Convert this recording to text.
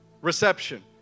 reception